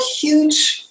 huge